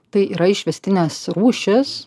tai yra išvestinės rūšys